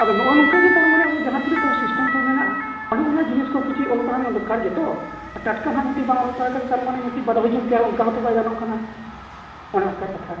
ᱟᱫᱚ ᱱᱚᱜᱼᱚᱸᱭ ᱱᱚᱝᱠᱟ ᱜᱮ ᱛᱟᱨ ᱢᱟᱱᱮ ᱟᱵᱚ ᱡᱟᱦᱟᱸ ᱛᱤᱱᱟᱹᱜ ᱛᱟᱵᱚ ᱥᱤᱥᱴᱮᱢ ᱛᱟᱵᱚ ᱢᱮᱱᱟᱜᱼᱟ ᱚᱱᱮ ᱚᱱᱟ ᱡᱤᱱᱤᱥ ᱠᱚ ᱠᱤᱪᱷᱩ ᱚᱞᱚᱜ ᱯᱟᱲᱦᱟᱣ ᱢᱟ ᱫᱚᱨᱠᱟᱨ ᱜᱮᱛᱚ ᱟᱨ ᱴᱟᱴᱠᱟ ᱦᱟᱸᱜ ᱢᱤᱫᱴᱤᱡ ᱵᱟᱝ ᱚᱞᱚᱜ ᱯᱟᱲᱦᱟᱣ ᱠᱟᱛᱮᱫ ᱛᱟᱨᱢᱟᱱᱮ ᱢᱤᱫᱴᱤᱡ ᱵᱟᱰᱳᱦᱤ ᱜᱮᱢ ᱛᱮᱭᱟᱨᱚᱜᱼᱟ ᱚᱱᱠᱟ ᱦᱚᱸᱛᱚ ᱵᱟᱭ ᱜᱟᱱᱚᱜ ᱠᱟᱱᱟ ᱚᱱᱮ ᱚᱱᱠᱟ ᱠᱟᱛᱷᱟ